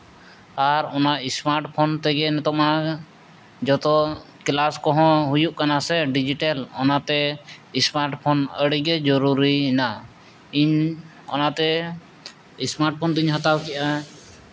ᱟᱨ ᱚᱱᱟ ᱥᱢᱟᱨᱴᱯᱷᱳᱱ ᱛᱮᱜᱮ ᱱᱤᱛᱚᱜ ᱢᱟ ᱡᱚᱛᱚ ᱠᱞᱟᱥ ᱠᱚᱦᱚᱸ ᱦᱩᱭᱩᱜ ᱠᱟᱱᱟ ᱥᱮ ᱰᱤᱡᱤᱴᱮᱞ ᱚᱱᱟᱛᱮ ᱥᱢᱟᱨᱴᱯᱷᱳᱱ ᱟᱹᱰᱤᱜᱮ ᱡᱩᱨᱩᱨᱤᱭᱮᱱᱟ ᱤᱧ ᱚᱱᱟᱛᱮ ᱥᱢᱟᱨᱴᱯᱷᱳᱱ ᱫᱚᱧ ᱦᱟᱛᱟᱣ ᱠᱮᱫᱼᱟ